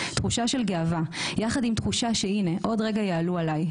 תחושה של גאווה יחד עם תחושה שהנה עוד רגע יעלו עלי,